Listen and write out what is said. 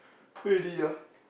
really ah